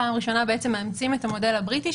בפעם הראשונה מאמצים את המודל הבריטי,